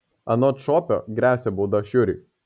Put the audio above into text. anot šopio gresia bauda šiuriui